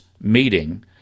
meeting